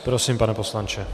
Prosím, pane poslanče.